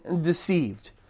deceived